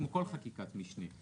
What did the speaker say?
כמו כל חקיקת משנה.